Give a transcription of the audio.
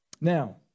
Now